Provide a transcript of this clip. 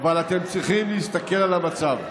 אבל אתם צריכים להסתכל על המצב.